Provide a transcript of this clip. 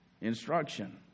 instruction